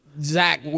Zach